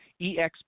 EXP